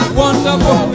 wonderful